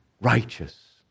righteous